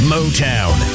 Motown